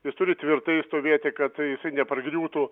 jis turi tvirtai stovėti kad jisai nepargriūtų